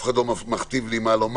אף אחד לא מכתיב לי מה לומר,